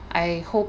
I hope